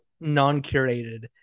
non-curated